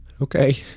Okay